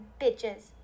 bitches